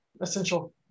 Essential